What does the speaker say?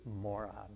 moron